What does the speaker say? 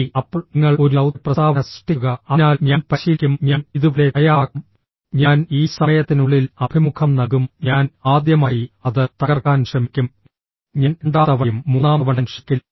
ശരി അപ്പോൾ നിങ്ങൾ ഒരു ദൌത്യ പ്രസ്താവന സൃഷ്ടിക്കുക അതിനാൽ ഞാൻ പരിശീലിക്കും ഞാൻ ഇതുപോലെ തയ്യാറാക്കും ഞാൻ ഈ സമയത്തിനുള്ളിൽ അഭിമുഖം നൽകും ഞാൻ ആദ്യമായി അത് തകർക്കാൻ ശ്രമിക്കും ഞാൻ രണ്ടാം തവണയും മൂന്നാം തവണയും ശ്രമിക്കില്ല